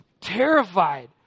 terrified